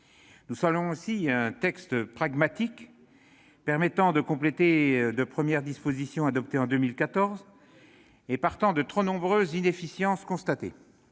Nous saluons ainsi un texte pragmatique permettant de compléter de premières dispositions adoptées en 2014 en partant des trop nombreuses inefficiences constatées.